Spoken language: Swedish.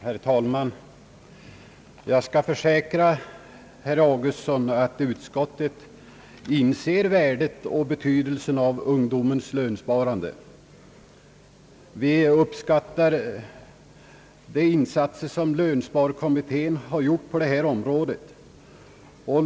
Herr talman! Jag vill försäkra herr Augustsson att utskottet inser värdet och betydelsen av ungdomens lönsparande. Vi uppskattar de insatser som lönsparkommittén har gjort på detta område.